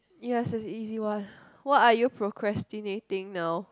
ya is a easy one what are you procrastinating now